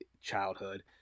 Childhood